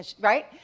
Right